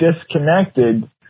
disconnected